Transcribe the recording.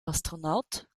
astronaut